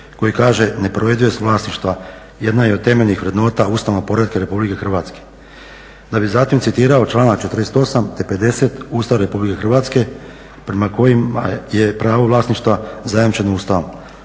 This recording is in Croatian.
koji kaže: "Nepovredivost vlasništva jedna je od temeljnih vrednota ustavnog poretka Republike Hrvatske." da bi zatim citirao članak 48. te 50. Ustava Republike Hrvatske prema kojima je pravo vlasništva zajamčeno Ustavom,